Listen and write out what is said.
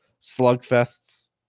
slugfests